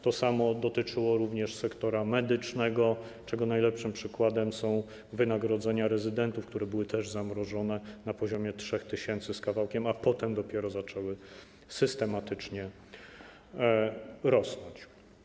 To samo dotyczyło również sektora medycznego, czego najlepszym przykładem są wynagrodzenia rezydentów, które były też zamrożone na poziomie 3 tys. z kawałkiem, a potem dopiero zaczęły systematycznie rosnąć.